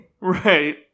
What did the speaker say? Right